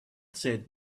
said